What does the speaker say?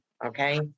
Okay